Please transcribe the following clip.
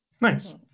Nice